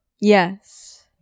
Yes